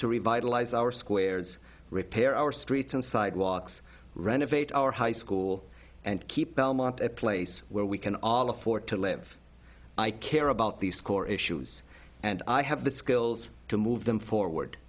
to revitalize our squares repair our streets and sidewalks renovate our high school and keep belmont a place where we can all afford to live i care about these core issues and i have the skills to move them forward